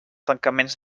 tancaments